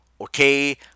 okay